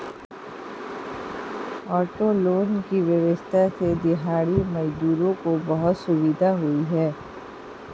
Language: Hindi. ऑटो लोन की व्यवस्था से दिहाड़ी मजदूरों को बहुत सुविधा हुई है